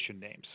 names